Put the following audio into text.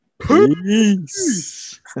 peace